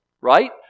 Right